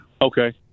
Okay